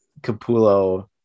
Capullo